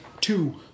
Two